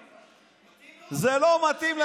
זה לא מתאים.